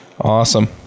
Awesome